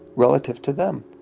relative to them.